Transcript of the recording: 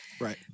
Right